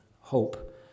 Hope